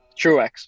Truex